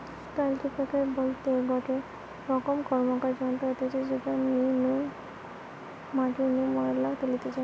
কাল্টিপ্যাকের বলতে গটে রকম র্কমকার যন্ত্র হতিছে যাতে মাটি নু ময়লা তুলতিছে